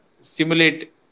simulate